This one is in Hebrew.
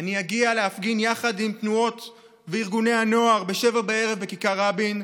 אני אגיע להפגין יחד עם תנועות וארגוני הנוער ב-19:00 בכיכר רבין,